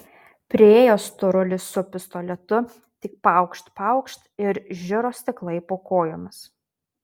priėjo storulis su pistoletu tik paukšt paukšt ir žiro stiklai po kojomis